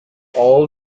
all